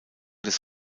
des